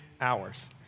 hours